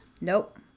Nope